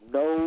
no